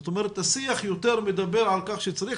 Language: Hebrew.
זאת אומרת השיח מדבר יותר על כך שצריך